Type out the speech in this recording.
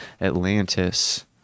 Atlantis